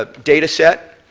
ah data set,